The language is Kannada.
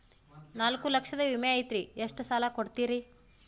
ನಾಲ್ಕು ಲಕ್ಷದ ವಿಮೆ ಐತ್ರಿ ಎಷ್ಟ ಸಾಲ ಕೊಡ್ತೇರಿ?